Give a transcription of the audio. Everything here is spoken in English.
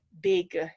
big